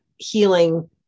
healing